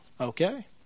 okay